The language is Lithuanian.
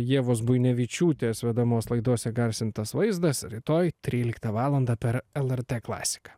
ievos buinevičiūtės vedamos laidos įgarsintas vaizdas rytoj tryliktą valandą per lrt klasiką